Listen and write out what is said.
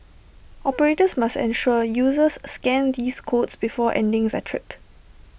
operators must ensure users scan these codes before ending their trip